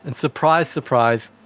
and surprise surprise,